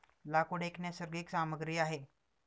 लाकूड एक नैसर्गिक सामग्री आहे